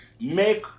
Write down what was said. Make